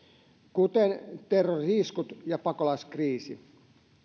kuten terrori iskut ja pakolaiskriisi